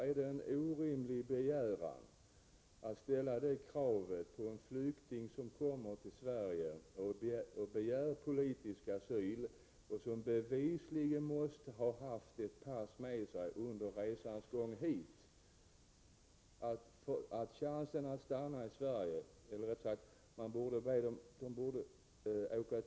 Är det orimligt att ställa det kravet på en flykting som kommer till Sverige och begär politisk asyl och som bevisligen måste ha haft ett pass med sig under resans gång, att han eller hon också har med sig detta pass vid passeringen av den svenska gränsen?